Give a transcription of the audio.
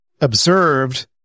observed